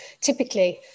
typically